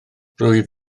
rwyf